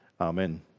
Amen